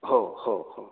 हो हो हो